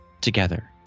together